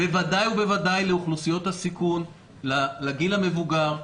בוודאי ובוודאי לאוכלוסיות הסיכון, לגיל המבוגר.